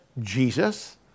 Jesus